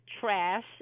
trash